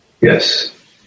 Yes